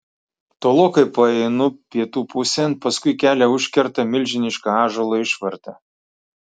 tolokai paeinu pietų pusėn paskui kelią užkerta milžiniška ąžuolo išvarta